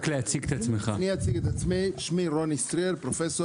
אני אציג את עצמי, שמי רוני סטריאר, פרופ'